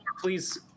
please